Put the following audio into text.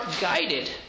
guided